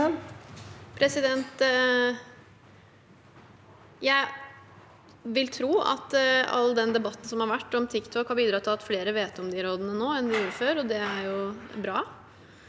Jeg vil tro at all de- batten som har vært om TikTok, har bidratt til at flere vet om de rådene nå enn før, og det er jo bra.